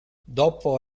dopo